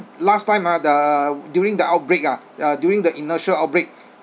last time ah the during the outbreak ah uh during the initial outbreak